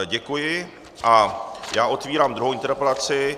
Děkuji a otvírám druhou interpelaci.